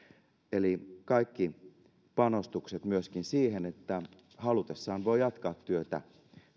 eli kaikki panostukset myöskin siihen että halutessaan voi jatkaa työtä